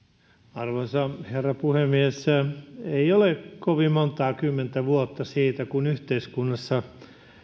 arvoisa herra puhemies ei ole kovin montaa kymmentä vuotta siitä kun yhteiskunnassa